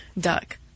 duck